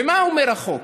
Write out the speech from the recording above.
ומה אומר החוק